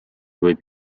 võib